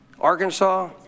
Arkansas